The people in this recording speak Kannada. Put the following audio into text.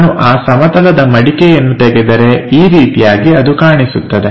ನಾನು ಆ ಸಮತಲದ ಮಡಿಕೆಯನ್ನು ತೆಗೆದರೆ ಈ ರೀತಿಯಾಗಿ ಅದು ಕಾಣಿಸುತ್ತದೆ